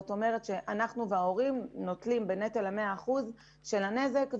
זאת אומרת שאנחנו וההורים נושאים יחד ב-100% מהנזק.